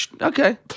Okay